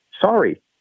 sorry